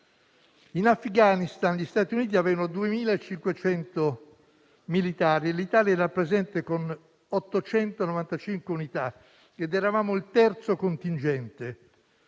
In Afghanistan gli Stati Uniti avevano 2.500 militari e l'Italia era presente con 895 unità ed eravamo il terzo contingente.